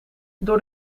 door